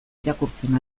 irakurtzen